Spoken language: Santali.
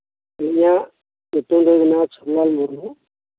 ᱤᱧᱟᱜ ᱧᱩᱛᱩᱢ ᱫᱚ ᱦᱩᱭᱩᱜ ᱠᱟᱱᱟ ᱥᱚᱢᱞᱟᱞ ᱢᱩᱨᱢᱩ